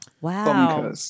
Wow